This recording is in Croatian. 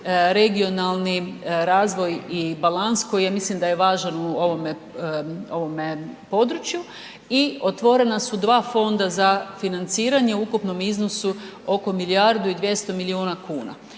regionalni razvoj i balans koji ja mislim da je važan u ovome području i otvorena su dva fonda za financiranje u ukupnom iznosu oko milijardu i 200 milijuna kuna.